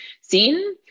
seen